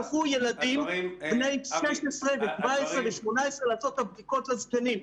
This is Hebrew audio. שלחו ילדים בני 16 ובני 17 ובני 18 לעשות את הבדיקות לזקנים.